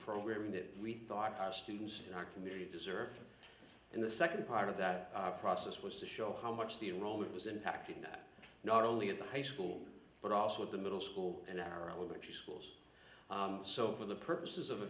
program that we thought our students in our community deserved and the second part of that process was to show how much the enrollment was impacting that not only at the high school but also at the middle school and our religious school so for the purposes of